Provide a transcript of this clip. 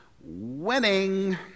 Winning